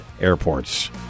airports